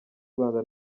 rwanda